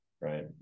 right